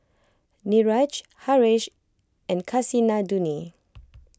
Niraj Haresh and Kasinadhuni